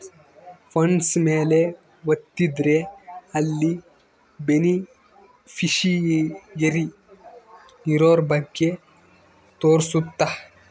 funds ಮೇಲೆ ವತ್ತಿದ್ರೆ ಅಲ್ಲಿ ಬೆನಿಫಿಶಿಯರಿ ಇರೋರ ಬಗ್ಗೆ ತೋರ್ಸುತ್ತ